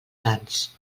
sants